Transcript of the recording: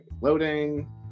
loading